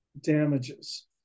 damages